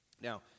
Now